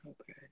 Okay